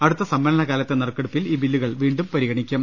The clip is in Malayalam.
അടുത്ത സമ്മേളന കാലത്തെ നറുക്കെടുപ്പിൽ ഈ ബ്രില്ലുകൾ വീണ്ടും പരിഗണിക്കും